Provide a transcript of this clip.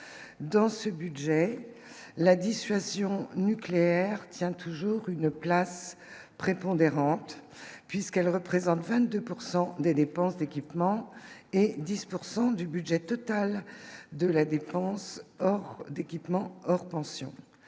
dans ce budget, la dissuasion nucléaire tient toujours une place prépondérante, puisqu'elles représentent 22 pourcent des dépenses d'équipement et 10 pourcent du budget total de la défense d'équipement, hors pensions,